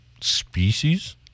species